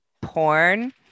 porn